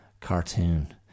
cartoon